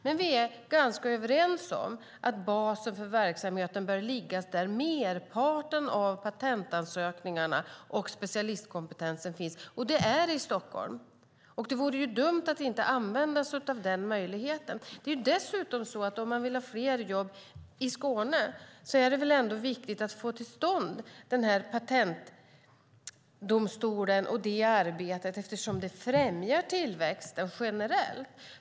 Men vi är ganska överens om att basen för verksamheten bör ligga där merparten av patentansökningarna och specialistkompetensen finns, och det är i Stockholm. Det vore dumt att inte använda sig av denna möjlighet. Om man vill ha fler jobb i Skåne är det väl ändå viktigt att få till stånd denna patentdomstol och detta arbete eftersom det främjar tillväxten generellt.